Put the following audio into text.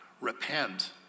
repent